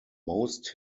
most